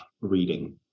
reading